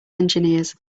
engineers